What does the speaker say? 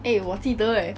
eh 我记得 leh